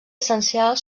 essencial